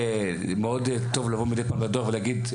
מאוד טוב לבוא מידי פעם לדואר ולהגיד,